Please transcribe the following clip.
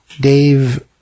Dave